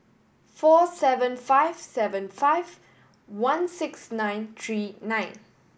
four seven five seven five one six nine three nine